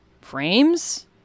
frames